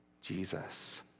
Jesus